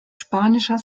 spanischer